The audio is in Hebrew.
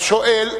השואל,